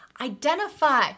identify